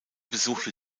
besuchte